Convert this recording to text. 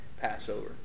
Passover